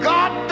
God